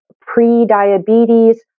pre-diabetes